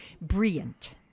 Brilliant